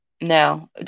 no